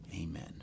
Amen